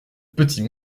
petit